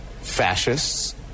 fascists